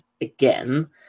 again